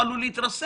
יש קצב